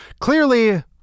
Clearly